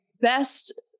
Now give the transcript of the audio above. Best